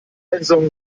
entsorgen